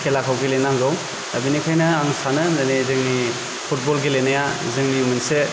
खेलाखौ गेलेनांगौ दा बेनिखायनो आं सानो दिनै जोंनि फुटबल गेलेनाया जोंनि मोनसे